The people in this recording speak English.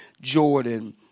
Jordan